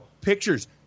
pictures